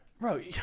bro